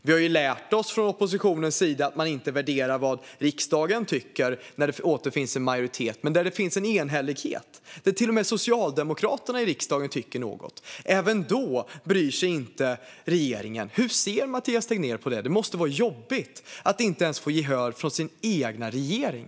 Vi i oppositionen har ju lärt oss att man inte värderar vad riksdagen tycker när det återfinns en majoritet. Men inte ens när det finns en enhällighet, och till och med socialdemokraterna i riksdagen tycker något, bryr sig regeringen. Hur ser Mathias Tegnér på det? Det måste vara jobbigt att inte ens få gehör från sin egen regering.